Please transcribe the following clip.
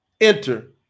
enter